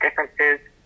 differences